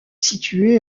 situé